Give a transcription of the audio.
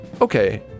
okay